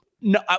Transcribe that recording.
no